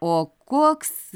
o koks